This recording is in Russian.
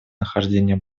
нахождения